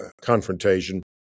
confrontation